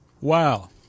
Wow